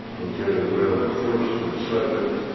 okay, we have a first and second.